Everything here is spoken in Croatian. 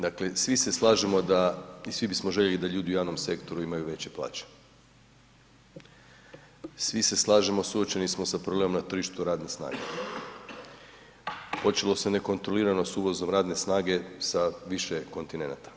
Dakle, svi se slažemo da i svi bismo željeli da ljudi u javnom sektoru imaju veće plaće, svi se slažemo, suočeni smo sa problemom na tržištu radne snage, počelo se nekontrolirano s uvozom radne snage sa više kontinenata.